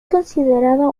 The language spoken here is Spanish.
considerado